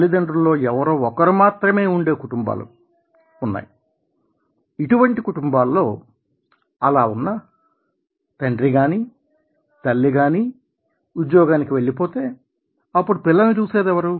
తల్లిదండ్రులలో ఎవరో ఒకరు మాత్రమే ఉండే కుటుంబాలు ఉన్నాయి ఇటువంటి కుటుంబాలలో అలా ఉన్న తండ్రి గాని తల్లి గాని ఉద్యోగానికి వెళ్ళిపోతే అప్పుడు పిల్లలని చూసేది ఎవరు